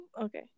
Okay